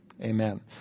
Amen